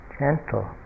gentle